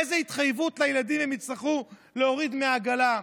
איזו התחייבות לילדים הם יצטרכו להוריד מהעגלה.